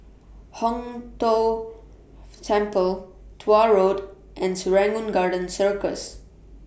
Hong Tho Temple Tuah Road and Serangoon Garden Circus